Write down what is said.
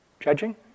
Judging